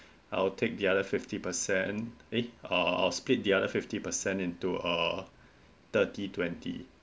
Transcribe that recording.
I'll take the other fifty percent eh I'll split the other fifty percent into uh thirty twenty